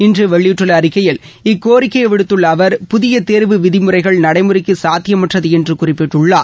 இன்று வெளியிட்டுள்ள அறிக்கையில் இக்கோரிக்கையை விடுத்துள்ள அவர் புதிய தேர்வு விதி நடைமுறைக்கு சாத்தியமற்றது என்று குறிப்பிட்டுள்ளார்